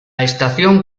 estación